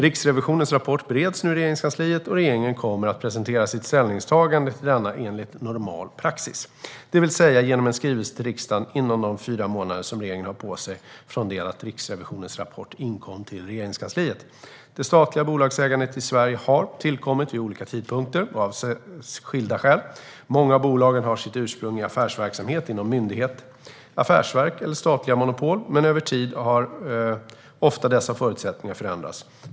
Riksrevisionens rapport bereds nu i Regeringskansliet, och regeringen kommer att presentera sitt ställningstagande till denna enligt normal praxis - det vill säga genom en skrivelse till riksdagen inom de fyra månader som regeringen har på sig från det att Riksrevisionens rapport inkommit till Regeringskansliet. Det statliga bolagsägandet i Sverige har tillkommit vid olika tidpunkter och av skilda skäl. Många av bolagen har sitt ursprung i affärsverksamhet inom myndighet, affärsverk eller statliga monopol, men över tid har förutsättningarna ofta förändrats.